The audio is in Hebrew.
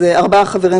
ישראל,